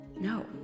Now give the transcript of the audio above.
No